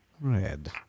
Red